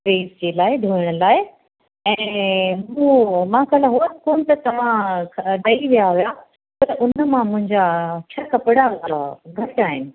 press जे लाइ धोइण जे लाइ ऐं मूं मां कल्ह हुयसि कोन त तव्हां ॾई विया हुया त उन मां मुंहिंजा छह कपिड़ा घटि आहिनि